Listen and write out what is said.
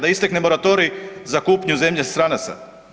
Da istekne moratorij za kupnju zemlje stranaca?